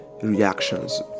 reactions